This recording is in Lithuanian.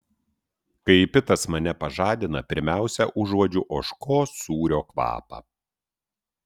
kai pitas mane pažadina pirmiausia užuodžiu ožkos sūrio kvapą